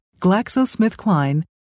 GlaxoSmithKline